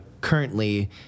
Currently